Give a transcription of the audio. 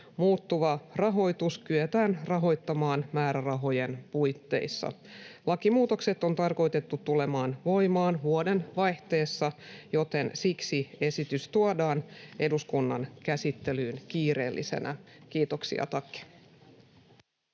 Muuttuva rahoitus kyetään rahoittamaan määrärahojen puitteissa. Lakimuutokset on tarkoitettu tulemaan voimaan vuoden vaihteessa, joten siksi esitys tuodaan eduskunnan käsittelyyn kiireellisenä. — Kiitoksia, tack.